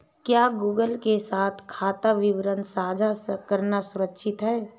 क्या गूगल के साथ खाता विवरण साझा करना सुरक्षित है?